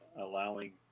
allowing